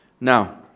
Now